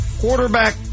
quarterback